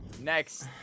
Next